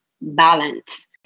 balance